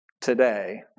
today